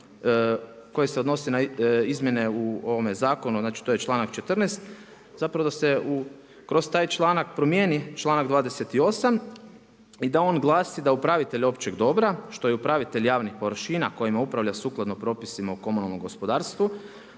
koja se odnosi na izmjene u zakonu, znači to je članak 14. da se kroz taj članak promjeni članak 28. i da on glasi da upravitelj općeg dobra, što je upravitelj javnih površina, kojima upravlja sukladno propisima u komunalnom gospodarstvu,